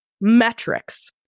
metrics